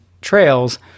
trails